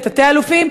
לתתי-אלופים,